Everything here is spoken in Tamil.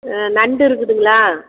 நண்டு இருக்குதுங்களா